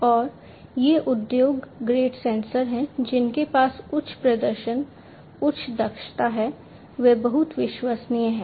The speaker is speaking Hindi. और ये उद्योग ग्रेड सेंसर हैं जिनके पास उच्च प्रदर्शन उच्च दक्षता है वे बहुत विश्वसनीय हैं